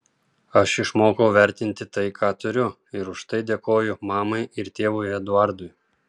aš išmokau vertinti tai ką turiu ir už tai dėkoju mamai ir tėvui eduardui